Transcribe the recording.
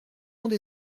monde